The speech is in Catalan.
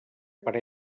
per